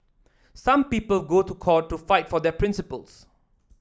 some people go to court to fight for their principles